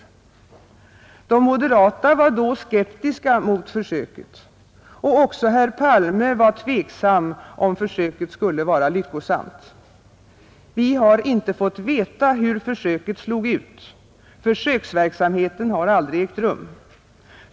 De moderata var då skeptiska mot försöket, och också herr Palme var tveksam om försöket skulle vara lyckosamt. Vi har inte fått veta hur försöket slog ut; försöksverksamheten har aldrig ägt rum.